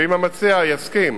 ואם המציע יסכים,